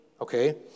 okay